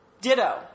Ditto